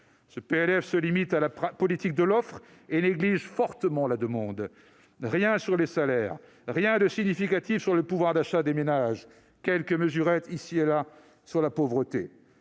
Le PLF se limite à la politique de l'offre et néglige fortement la demande. On n'y trouve rien sur les salaires, rien de significatif sur le pouvoir d'achat des ménages, si ce n'est quelques mesurettes, ici et là, sur la pauvreté.